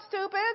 stupid